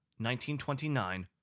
1929